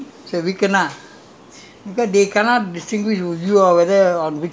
gangsters group fight so we were in in between them so we kena